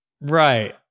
right